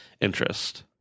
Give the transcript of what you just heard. interest